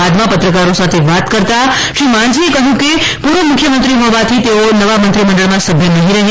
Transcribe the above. બાદમાં પત્રકારો સાથે વાત કરતાં શ્રી માંઝીએ કહ્યું કે પૂર્વ મુખ્યમંત્રી હોવાથી તેઓ નવા મંત્રીમંડળમાં સભ્ય નહીં રહે